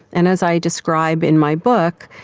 and as i describe in my book,